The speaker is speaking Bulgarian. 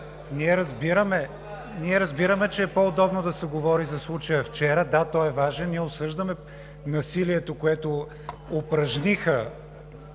Ние разбираме, че е по-удобно да се говори за случая от вчера, да, той е важен! Ние осъждаме насилието, упражнено